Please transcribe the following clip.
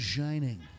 Shining